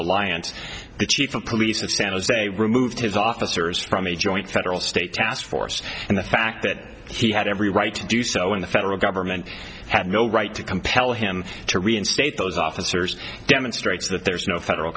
alliance the chief of police of san jose removed his officers from a joint federal state task force and the fact that he had every right to do so in the federal government had no right to compel him to reinstate those officers demonstrates that there's no federal